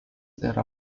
yra